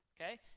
okay